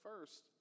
First